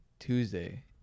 tuesday